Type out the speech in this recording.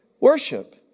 worship